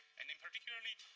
and in particularly,